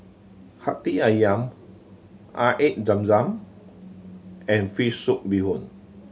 Hati Ayam Air Zam Zam and fish soup bee hoon